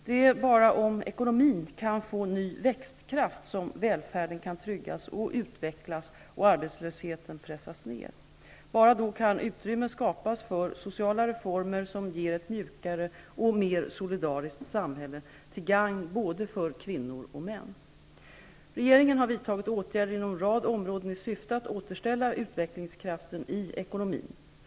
Det är bara om ekonomin kan få ny växtkraft som välfärden kan tryggas och utvecklas och arbetslösheten pressas ned. Bara då kan utrymme skapas för sociala reformer som ger ett mjukare och mer solidariskt samhälle till gagn för både kvinnor och män. Regeringen har vidtagit åtgärder inom en rad områden i syfte att återställa utvecklingskraften i ekonomin.